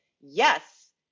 Yes